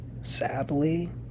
sadly